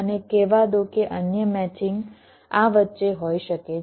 અને કહેવા દો કે અન્ય મેચિંગ આ વચ્ચે હોઈ શકે છે